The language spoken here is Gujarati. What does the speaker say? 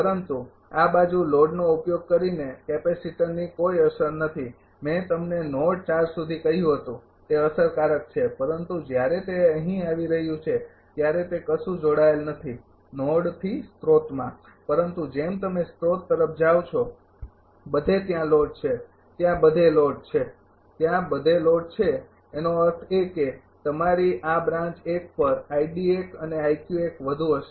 પરંતુ આ બાજુ લોડનો ઉપયોગ કરીને કેપેસિટરની કોઈ અસર નથી મેં તમને નોડ ૪ સુધી કહ્યું હતું તે અસરકારક છે પરંતુ જ્યારે તે અહીં આવી રહ્યું છે ત્યારે તે કશું જોડાયેલ નોડથી સ્ત્રોતમાં નથી પરંતુ જેમ તમે સ્રોત તરફ જાવ છો બધે ત્યાં લોડ છે ત્યાં બધે લોડ છે ત્યાં બધે લોડ છે તેનો અર્થ એ કે તમારી આ બ્રાન્ચ ૧ પર અને વધુ હશે